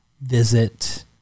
visit